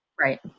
Right